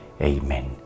Amen